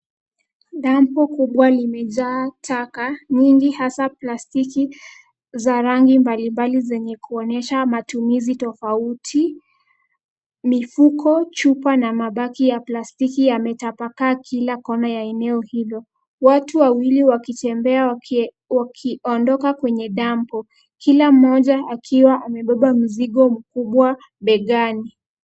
Dampo kubwa limejaa taka nyingi hasa plastiki za rangi mbalimbali zenye kuonyesha matumizi tofauti. Mifuko, chupa na mabaki ya plastiki yametapakaa kila kona ya eneo hilo. Watu wawili wakitembea wakiondoka kwenye dampo. Kila mmoja akiwa amebeba mzigo mkubwa begani.